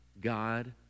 God